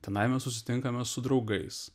tenai mes susitinkame su draugais